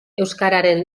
euskararen